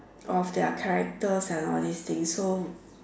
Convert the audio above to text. of their characters and all these things so